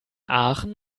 aachen